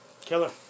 Killer